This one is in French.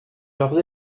leurs